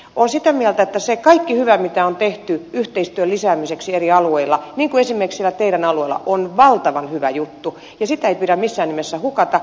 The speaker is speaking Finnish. olen sitä mieltä että se kaikki hyvä mitä on tehty yhteistyön lisäämiseksi eri alueilla niin kuin esimerkiksi siellä teidän alueellanne on valtavan hyvä juttu ja sitä ei pidä missään nimessä hukata